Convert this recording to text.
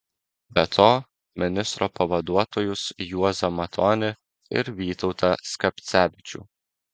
be to ministro pavaduotojus juozą matonį ir vytautą skapcevičių